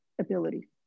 ability